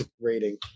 rating